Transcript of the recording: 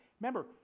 Remember